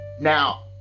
Now